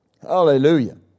Hallelujah